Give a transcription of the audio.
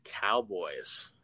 Cowboys